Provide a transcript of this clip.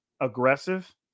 aggressive